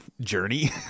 journey